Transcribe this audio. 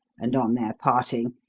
and, on their parting,